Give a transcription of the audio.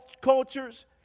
cultures